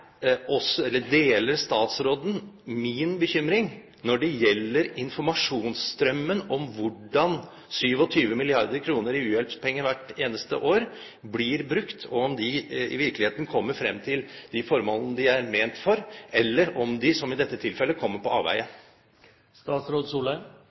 Deler statsråden min bekymring når det gjelder informasjonsstrømmen om hvordan 27 mrd. kr i u-hjelpspenger hvert eneste år blir brukt, om de i virkeligheten kommer frem til de formålene de er ment for, eller om de, som i dette tilfellet, kommer på